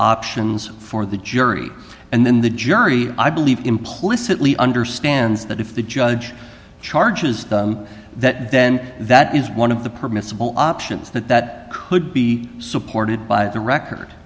options for the jury and then the jury i believe implicitly understands that if the judge charges that then that is one of the permissible options that that could be supported by the record